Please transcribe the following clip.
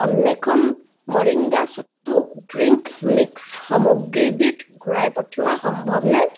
অন্বেষণ moringa sattu drink mix সামগ্ৰীবিধ ঘূৰাই পঠিওৱা সম্ভৱনে